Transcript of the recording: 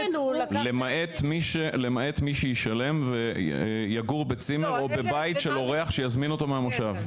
למעט מי שישלם ויגור בצימר או בבית של מארח שיזמין אותו מהמושב.